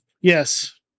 Yes